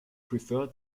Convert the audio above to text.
prefer